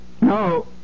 No